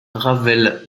ravel